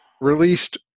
released